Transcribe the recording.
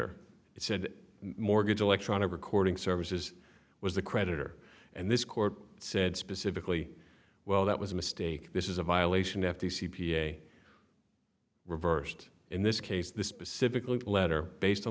it said mortgage electronic recording services was the creditor and this court said specifically well that was a mistake this is a violation of the c p a reversed in this case this specifically letter based on